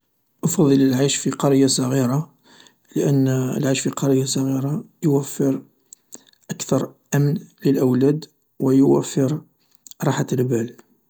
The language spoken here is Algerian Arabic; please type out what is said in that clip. أفضل العيش في قرية صغيرة لان العيش في قرية صغيرة يوفر اكثر أمن للأولاد و يوفر راحة البال.